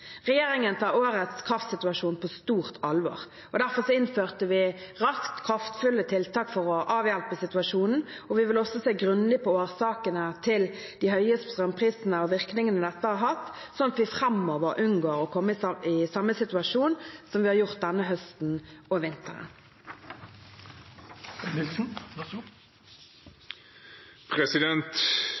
Regjeringen tar årets kraftsituasjon på stort alvor. Derfor innførte vi raskt kraftfulle tiltak for å avhjelpe situasjonen. Vi vil også se grundig på årsakene til de høye strømprisene og virkningene dette har hatt – slik at vi framover unngår å komme i samme situasjon som vi har gjort denne høsten og